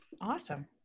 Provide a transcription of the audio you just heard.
Awesome